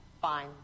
Fine